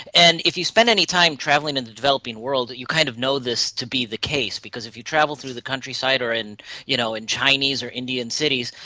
and if you spend any time travelling in the developing world you kind of know this to be the case, because if you travel through the countryside or in you know in chinese or indian cities,